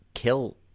kill